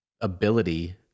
ability